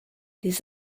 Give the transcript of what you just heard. les